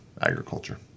agriculture